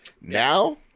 Now